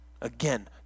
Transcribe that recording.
Again